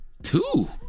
Two